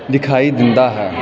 ਦਿਖਾਈ ਦਿੰਦਾ ਹੈ